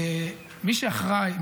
מי שאחראי,